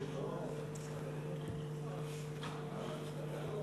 סעיף 1 נתקבל.